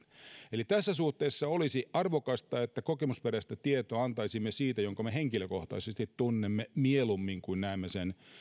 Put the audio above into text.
eli tässä suhteessa olisi arvokasta että antaisimme kokemusperäistä tietoa siitä minkä me henkilökohtaisesti tunnemme mieluummin kuin näemme sen